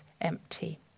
empty